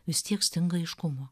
vis tiek stinga aiškumo